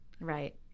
right